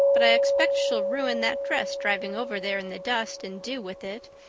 but i expect she'll ruin that dress driving over there in the dust and dew with it,